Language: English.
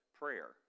prayer